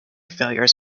failures